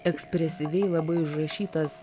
ekspresyviai labai užrašytas